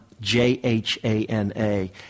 j-h-a-n-a